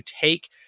take